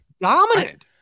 Dominant